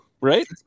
Right